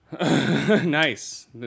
Nice